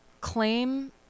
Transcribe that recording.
claim